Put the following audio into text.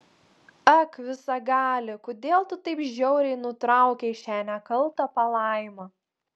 ak visagali kodėl tu taip žiauriai nutraukei šią nekaltą palaimą